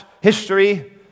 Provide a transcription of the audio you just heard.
history